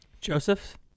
joseph